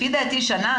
לפי דעתי שנה,